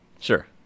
Sure